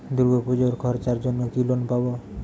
দূর্গাপুজোর খরচার জন্য কি লোন পাব?